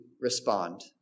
respond